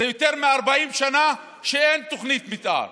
יותר מ-40 שנה שאין תוכנית מתאר.